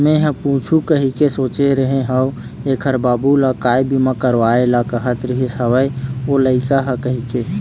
मेंहा पूछहूँ कहिके सोचे रेहे हव ऐखर बाबू ल काय बीमा करवाय ल कहत रिहिस हवय ओ लइका ह कहिके